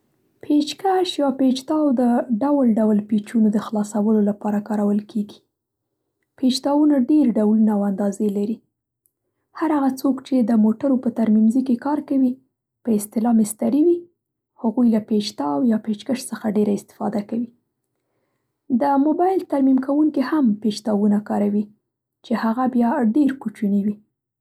پېچکش یا پېچ تاو د ډول ډول پېچونو د خلاصولو لپاره کارول کېږي. پېچ تاوونه ډېر ډولونه او اندازې لري. هر هغه څوک چې د موټرو په ترمیم ځي کې کار کوي په اصطلاح مستري وي هغوی له پېچ تاو یا پېچ کش څخه ډېره استفاده کوي. د مبایل ترمیم کوونکي هم پېچ تاوونه کاروي چې هغه بیا ډېر کوچني وي.